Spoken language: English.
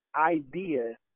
idea